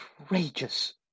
Outrageous